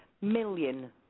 million